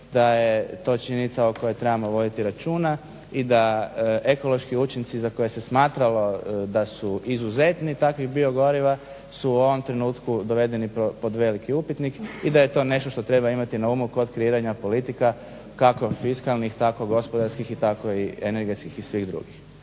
da je to činjenica o kojoj trebamo voditi računa i da ekološki učinci za koje se smatralo da su izuzetni takvih biogoriva su u ovom trenutku dovedeni pod veliki upitnik i da je to nešto što treba imati na umu kod kreiranje politika kako fiskalnih, tako gospodarskih i tako i energetskih i svih drugih.